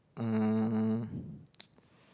um